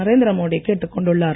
நரேந்திரமோடி கேட்டுக் கொண்டுள்ளார்